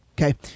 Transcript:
okay